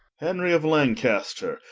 henry of lancaster,